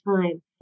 time